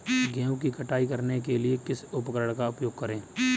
गेहूँ की कटाई करने के लिए किस उपकरण का उपयोग करें?